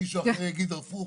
- מישהו אחר יגיד הפוך